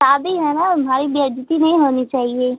शादी है ना भाई बेइज़्ज़ती नहीं होनी चाहिए